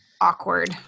awkward